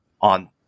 on